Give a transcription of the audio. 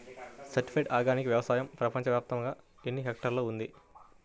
Certified organic వ్యవసాయం ప్రపంచ వ్యాప్తముగా ఎన్నిహెక్టర్లలో ఉంది?